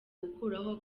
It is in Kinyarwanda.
gukuraho